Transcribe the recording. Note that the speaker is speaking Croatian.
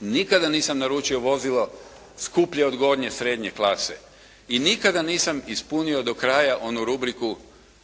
Nikada nisam naručio vozilo skuplje od gornje srednje klase. I nikada nisam ispunio do kraja onu rubriku